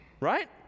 Right